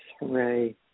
hooray